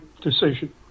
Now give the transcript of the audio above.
decision